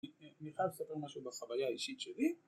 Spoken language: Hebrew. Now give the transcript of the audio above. אני חייב לספר משהו בחוויה האישית שלי